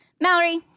Mallory